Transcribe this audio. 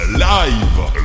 live